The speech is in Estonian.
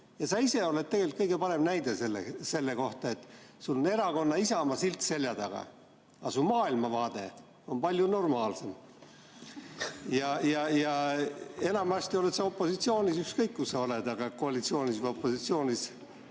Sa ise oled tegelikult kõige parem näide selle kohta. Sul on Erakonna Isamaa silt selja taga, aga su maailmavaade on palju normaalsem, kuigi sa enamasti oled opositsioonis, aga ükskõik kus sa oled, koalitsioonis või opositsioonis,